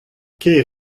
ker